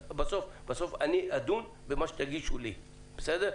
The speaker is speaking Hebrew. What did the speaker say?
בסוף, אני אדון במה שתגישו לי, בסדר?